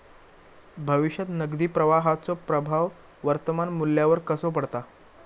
भविष्यात नगदी प्रवाहाचो प्रभाव वर्तमान मुल्यावर कसो पडता?